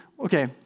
Okay